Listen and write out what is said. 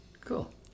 Cool